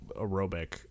aerobic